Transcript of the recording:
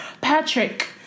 Patrick